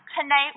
Tonight